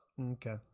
okay